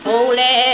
Holy